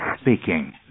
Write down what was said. speaking